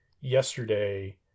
yesterday